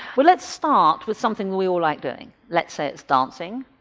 well let's start with something we all like doing, let's say it's dancing,